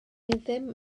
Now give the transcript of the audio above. ddim